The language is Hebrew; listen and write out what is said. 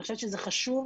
אני חושבת שזה חשוב,